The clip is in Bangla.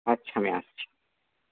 আচ্ছা আমি আসছি